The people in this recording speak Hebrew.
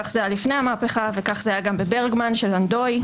כך זה היה לפני המהפכה וכך זה היה גם בברגמן של לנדוי,